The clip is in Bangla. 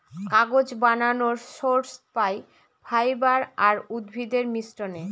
কাগজ বানানর সোর্স পাই ফাইবার আর উদ্ভিদের মিশ্রনে